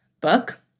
book